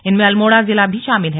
इनमें अल्मोड़ा जिला भी शामिल है